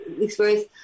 experience